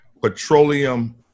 petroleum